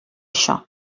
això